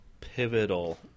pivotal